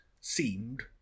seemed